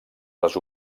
les